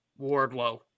Wardlow